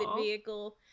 vehicle